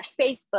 Facebook